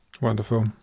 Wonderful